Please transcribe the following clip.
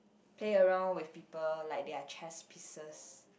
play around with people like they are chess pieces